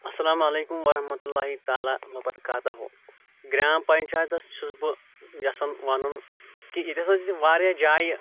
اَسَلام علیکُم وَرحمتُہ اللہ تعلٰی وَبَرَکاتَہُ گرٛام پَنچایتَس چھُس بہٕ یَژھان وَنُن کہِ ییٚتیٚتھ حظ زِ واریاہ جایہِ